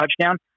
touchdown